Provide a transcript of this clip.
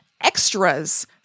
extras